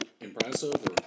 impressive